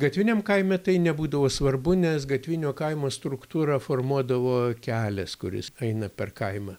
gatviniam kaime tai nebūdavo svarbu nes gatvinio kaimo struktūrą formuodavo kelias kuris eina per kaimą